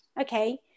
okay